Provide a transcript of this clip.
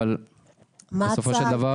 אבל בסופו של דבר